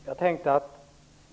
Herr talman!